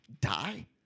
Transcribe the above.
die